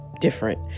different